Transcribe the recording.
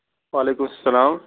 وعلیکُم سَلام